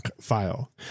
file